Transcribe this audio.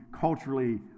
culturally